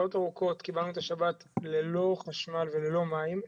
קיבלנו את השבת ללא חשמל וללא מים.